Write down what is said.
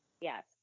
Yes